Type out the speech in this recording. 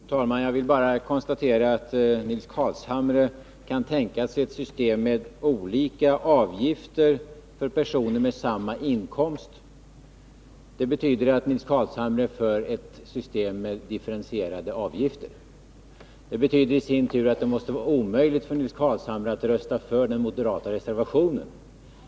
Fru talman! Jag vill bara konstatera att Nils Carlshamre kan tänka sig ett system med olika avgifter för personer med samma inkomst. Det betyder att Nils Carlshamre förordar ett system med differentierade avgifter. Detta betyder i sin tur att det måste vara omöjligt för Nils Carlshamre att rösta för den moderata reservationen.